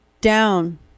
down